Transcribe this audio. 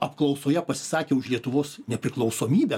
apklausoje pasisakė už lietuvos nepriklausomybę